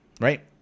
Right